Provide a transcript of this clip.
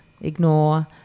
ignore